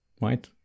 Right